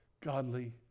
godly